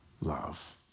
love